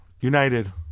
United